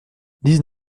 dix